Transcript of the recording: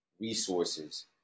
resources